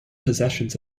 possessions